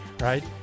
right